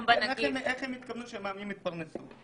איך הם התכוונו שמאמנים יתפרנסו?